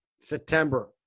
September